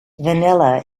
vanilla